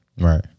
Right